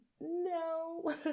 No